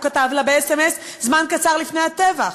הוא כתב לה בסמ"ס זמן קצר לפני הטבח.